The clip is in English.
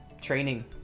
training